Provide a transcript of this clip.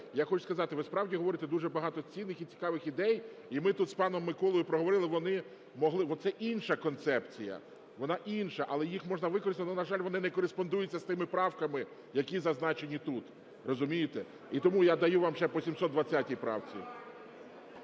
я хочу сказати, ви, справді, говорите дуже багато цінних і цікавих ідей, і ми тут з паном Миколою проговорили, вони могли… бо це інша концепція, вона інша, але їх можна використати. Но, на жаль, вони не кореспондуються з тими правками, які зазначені тут. Розумієте? І тому я даю вам ще по 720-й правці.